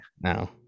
No